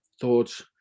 thoughts